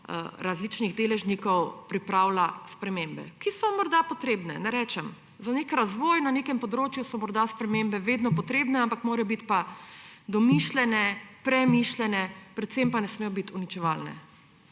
različnih deležnikov pripravlja spremembe, ki so morda potrebne, ne rečem. Za nek razvoj na nekem področju so morda spremembe vedno potrebne, ampak morajo biti pa domišljene, premišljene, predvsem pa ne smejo biti uničevalne.